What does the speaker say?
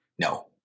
No